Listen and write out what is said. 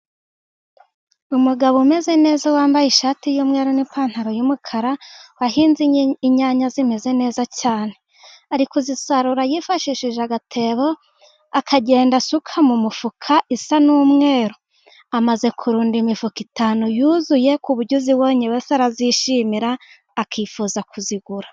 Umugabo umeze neza, wambaye ishati y’umweru n’ipantaro y’umukara, yahinze inyanya zimeze neza cyane. Ari kuzisarura yifashishije agatebo, akagenda asuka mu mufuka usa n’umweru. Amaze kurunda imifuka itanu yuzuye ku buryo uzibonye wese arazishimira, akifuza kuzigura.